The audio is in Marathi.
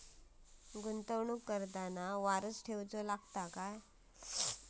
गुंतवणूक करताना वारसा ठेवचो लागता काय?